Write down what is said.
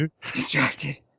distracted